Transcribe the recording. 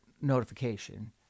notification